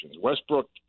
Westbrook